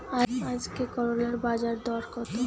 আজকে করলার বাজারদর কত?